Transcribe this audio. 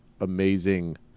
amazing